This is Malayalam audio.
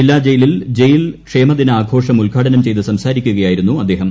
ജില്ലാ ജയിലിൽ ജയിൽ ക്ഷേമദിനാഘോഷം ഉദ്ഘടനം ചെയ്ത് സംസാരിക്കുകയാ യിരുന്നു അദ്ദേഹം